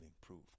proof